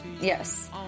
yes